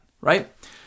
right